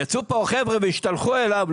יצאו פה חבר'ה והשתלחו עליו,